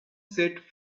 set